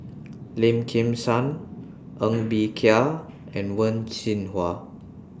Lim Kim San Ng Bee Kia and Wen Jinhua